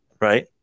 right